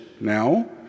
now